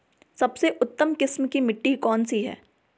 सबसे उत्तम किस्म की मिट्टी कौन सी है?